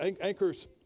anchor's